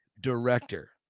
director